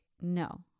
No